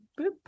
boop